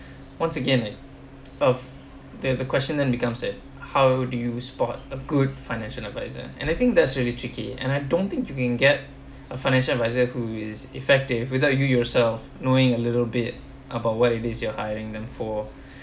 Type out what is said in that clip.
once again it of the the question then becomes it how do you spot a good financial advisor and I think that's really tricky and I don't think you can get a financial advisor who is effective without you yourself knowing a little bit about what it is you're hiring them for